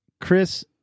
Chris